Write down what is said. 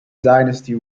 dynasty